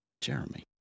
Jeremy